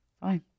Fine